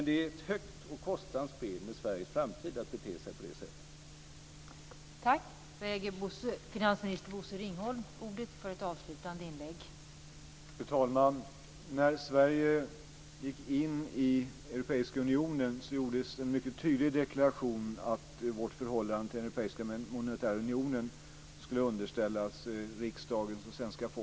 Det är ett högt och kostsamt spel med Sveriges framtid att bete sig på det sättet.